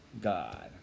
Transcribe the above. God